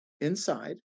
inside